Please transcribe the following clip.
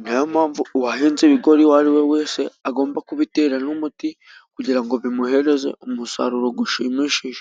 Ni na yo mpamvu uwahinze ibigori uwo ari we wese agomba kubitera n'umuti, kugira ngo bimuhereze umusaruro ushimishije.